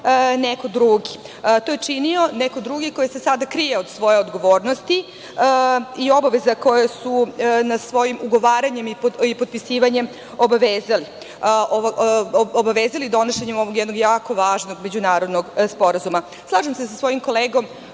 zemljišta. To je činio neko drugi, ko se sada krije od svoje odgovornosti i obaveza na koje su se svojim ugovaranjem i potpisivanjem obavezali. Obavezali su se donošenjem jednog jako važnog međunarodnog sporazuma. Slažem se sa svojim kolegom